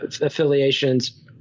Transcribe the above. affiliations